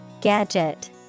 Gadget